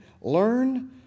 learn